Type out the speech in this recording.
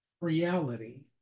reality